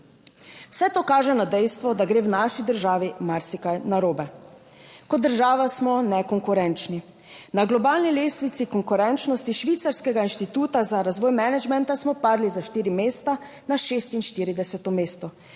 Vse to kaže na dejstvo, da gre v naši državi marsikaj narobe. Kot država smo nekonkurenčni. Na globalni lestvici konkurenčnosti švicarskega inštituta za razvoj menedžmenta smo padli za štiri mesta, na 46. mesto,